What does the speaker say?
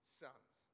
sons